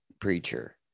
preacher